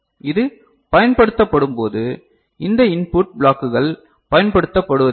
இது பயன்படுத்தப்படும்போது இந்த இன்புட் பிளாக்குகள் பயன்படுத்தப்படுவதில்லை